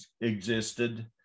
existed